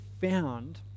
found